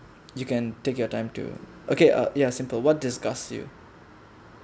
you can take your time to okay uh ya simple what disgust you